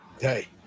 Hey